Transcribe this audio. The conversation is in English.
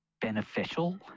beneficial